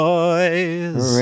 Boys